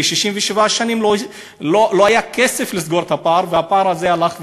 כי 67 שנים לא היה כסף לסגור את הפער והפער הזה הלך וגדל,